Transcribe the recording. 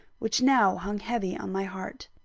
which now hung heavy on my heart.